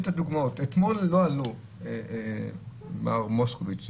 מר מוסקוביץ,